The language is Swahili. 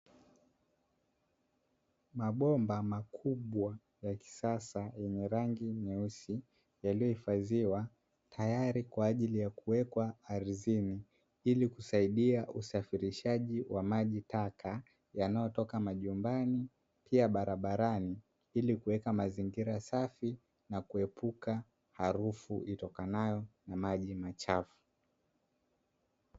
Mabomba makubwa ya kisasa yenye rangi nyeusi yaliyohifadhiwa tayari kwa ajili ya kuwekwa ardhini ili kusaidia usafirishaji wa maji taka yanayotoka majumbani pia barabarani ili kuweka mazingira safi na kuepuka harufu itokanayo na maji machafu.